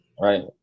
Right